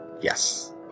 Yes